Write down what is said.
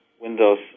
Windows